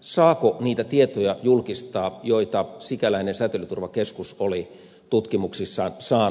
saako niitä tietoja julkistaa joita sikäläinen säteilyturvakeskus oli tutkimuksissaan saanut